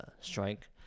strike